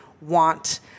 want